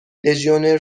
لژیونر